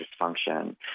dysfunction